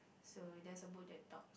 so there's a bull that talks